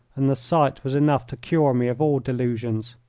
and the sight was enough to cure me of all delusions.